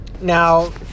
Now